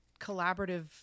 collaborative